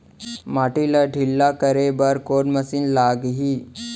माटी ला ढिल्ला करे बर कोन मशीन लागही?